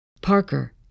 Parker